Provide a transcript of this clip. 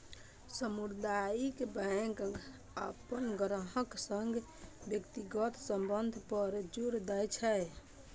सामुदायिक बैंक अपन ग्राहकक संग व्यक्तिगत संबंध पर जोर दै छै